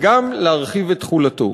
וגם להאריך את תחולתו.